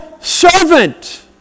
servant